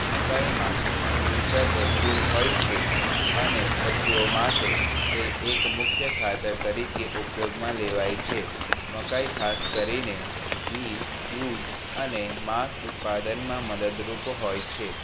મકાઈમાં ઉર્જા ભરપૂર હોય છે અને પશુઓ માટે તે એક મુખ્ય ખાતર તરીકે ઉપયોગમાં લેવાય છે મકાઈ ખાસ કરીને ઘી દૂધ અને માંસ ઉત્પાદનમાં મદદરૂપ હોય છે